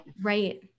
right